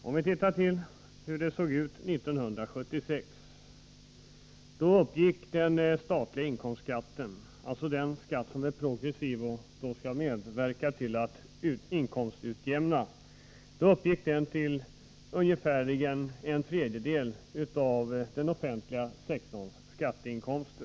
År 1976 uppgick den statliga inkomstskatten, den skatt som är progressiv och som skall medverka till att inkomstutjämna, till ca en tredjedel av den offentliga sektorns skatteinkomster.